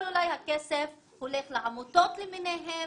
אבל אולי הכסף הולך לעמותות למיניהן,